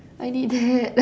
I need that